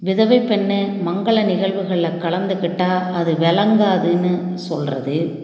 விதவை பெண்ணை மங்கள நிகழ்வுகளில் கலந்துக்கிட்டால் அது விளங்காதுன்னு சொல்லுறது